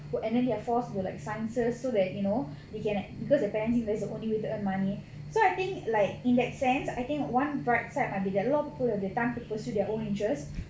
who and then they are forced to like sciences so that you know their parents think that is the only way money so I think like in that sense I think one bright side might be that a lot people will have the time to pursue their own interest